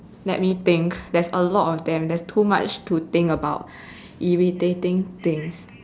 let me think there's a lot of them there's too much to think about irritating things